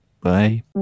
bye